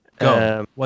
Go